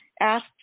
asked